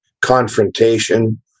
confrontation